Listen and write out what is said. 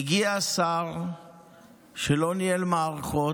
מגיע שר שלא ניהל מערכות,